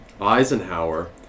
Eisenhower